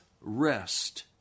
rest